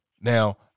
now